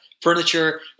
furniture